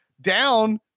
down